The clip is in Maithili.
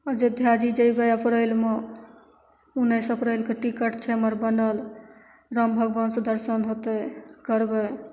अयोध्या जी जेबय अप्रैलमे उन्नैस अप्रैलके टिकट छै हमर बनल राम भगवानके दर्शन होतय करबय